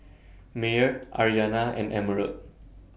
Meyer Aryanna and Emerald